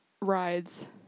rides